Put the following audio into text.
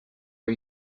are